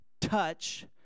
touch